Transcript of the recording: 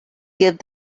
give